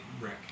Rick